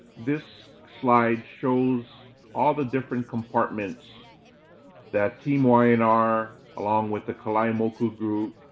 this slide shows all the different compartments that team y and r, along with the kalaimoku group,